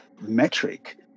metric